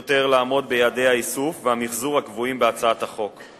יותר לעמוד ביעדי האיסוף והמיחזור הקבועים בהצעת החוק.